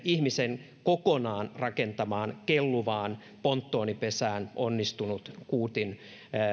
ihmisen kokonaan rakentamaan kelluvaan ponttonipesään onnistunut kuutin